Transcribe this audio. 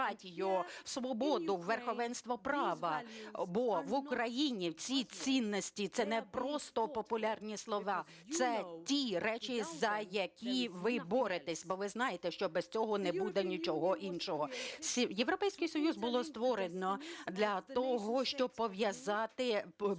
в свободу, у верховенство права, бо в Україні ці цінності – це не просто популярні слова, це ті речі, за які ви боретеся, бо ви знаєте, що без цього не буде нічого іншого. Європейський Союз було створено для того, щоб пов'язати долю